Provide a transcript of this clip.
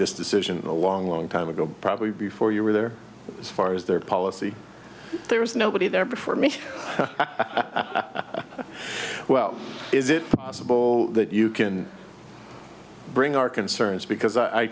this decision a long long time ago probably before you were there as far as their policy there was nobody there before me well is it possible that you can bring our concerns because i